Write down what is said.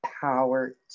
power